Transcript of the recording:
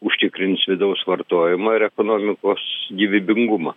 užtikrins vidaus vartojimą ir ekonomikos gyvybingumą